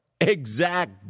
Exact